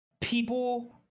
people